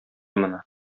моны